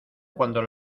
cuando